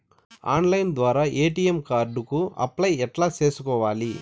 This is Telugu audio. ఆన్లైన్ ద్వారా ఎ.టి.ఎం కార్డు కు అప్లై ఎట్లా సేసుకోవాలి?